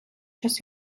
час